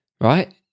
right